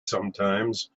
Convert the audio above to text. sometimes